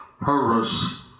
purpose